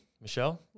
Michelle